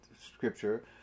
scripture